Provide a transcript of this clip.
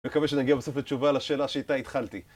מקווה שנגיע בסוף לתשובה לשאלה שאיתה התחלתי